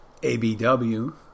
ABW